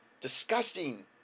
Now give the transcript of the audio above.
Disgusting